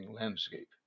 landscape